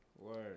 Word